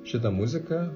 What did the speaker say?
šita muzika